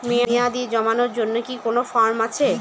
মেয়াদী জমানোর জন্য কি কোন ফর্ম আছে?